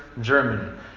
Germany